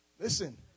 Listen